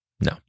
No